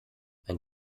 ein